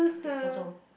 take photo